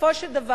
בסופו של דבר,